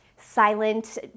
Silent